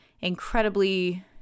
incredibly